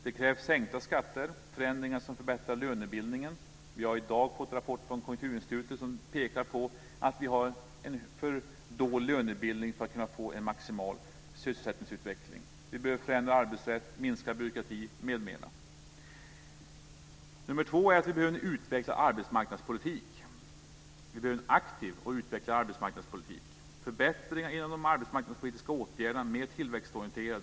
Det krävs sänkta skatter och förändringar som förbättrar lönebildningen. I dag har vi fått en rapport från Konjunkturinstitutet som pekar på att vi har en för dålig lönebildning för att kunna få en maximal sysselsättningsutveckling. Vi behöver en förändrad arbetsrätt, minskad byråkrati m.m. För det andra behöver vi en aktiv och utvecklad arbetsmarknadspolitik. Vi behöver förbättringar inom de arbetsmarknadspolitiska åtgärderna. De måste bli mer tillväxtorienterade.